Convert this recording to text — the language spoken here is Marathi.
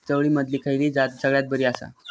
चवळीमधली खयली जात सगळ्यात बरी आसा?